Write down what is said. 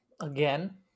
Again